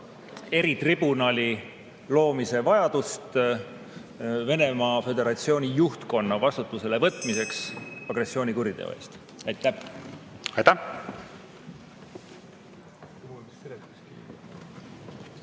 eritribunali loomise vajadust Venemaa Föderatsiooni juhtkonna vastutusele võtmiseks agressioonikuriteo eest. Aitäh! Hea